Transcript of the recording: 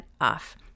off